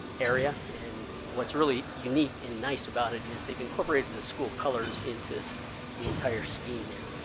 area. and what's really unique and nice about it is they've incorporated the school colors into the entire scheme there.